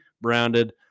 branded